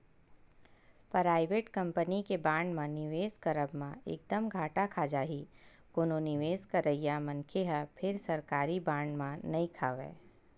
private company के bond म निवेस करब म एक दम घाटा खा जाही कोनो निवेस करइया मनखे ह फेर सरकारी बांड म नइ खावय